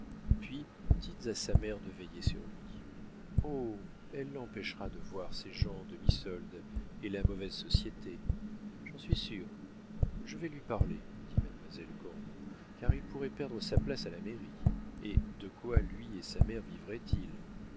puis dites à sa mère de veiller sur lui oh elle l'empêchera de voir ces gens en demi-solde et la mauvaise société j'en suis sûre je vais lui parler dit mademoiselle cormon car il pourrait perdre sa place à la mairie et de quoi lui et sa mère vivraient ils